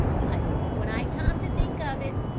but when i come to think of it,